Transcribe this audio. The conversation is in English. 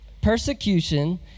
Persecution